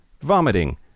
vomiting